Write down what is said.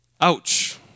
Ouch